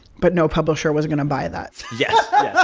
but no publisher was going to buy that yeah